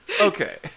Okay